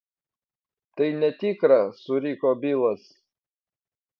tai netikra suriko bilas